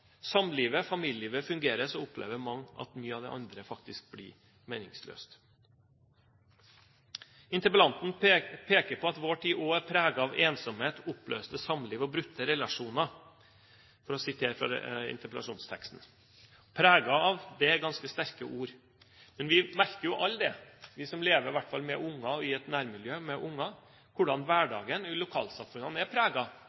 opplever mange at mye av det andre faktisk blir meningsløst. Interpellanten peker på at «vår tid også er preget av ensomhet, oppløste samliv og brutte relasjoner», for å sitere fra interpellasjonsteksten. Ordene «preget av» er ganske sterke ord. Men vi merker jo alle det, vi som i hvert fall lever i et nærmiljø med unger, hvordan